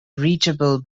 reachable